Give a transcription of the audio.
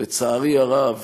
לצערי הרב